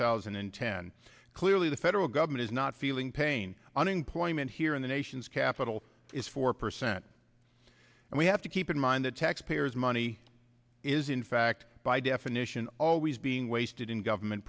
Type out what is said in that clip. thousand and ten clearly the federal government is not feeling pain unemployment here in the nation's capital is four percent and we have to keep in mind that taxpayers money is in fact by definition always being wasted in government